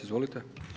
Izvolite.